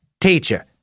teacher